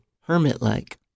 hermit-like